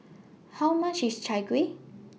How much IS Chai Kueh